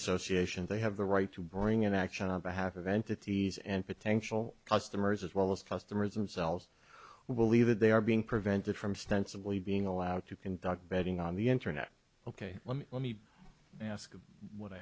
association they have the right to bring an action on behalf of entities and potential customers as well as customers themselves who will leave that they are being prevented from sensibly being allowed to conduct betting on the internet ok let me ask you